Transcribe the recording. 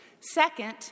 Second